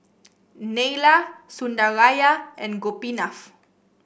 Neila Sundaraiah and Gopinath